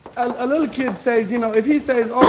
a little kid says, you know if he says,